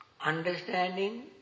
understanding